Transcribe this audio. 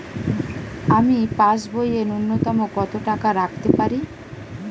আমি পাসবইয়ে ন্যূনতম কত টাকা রাখতে পারি?